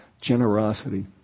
generosity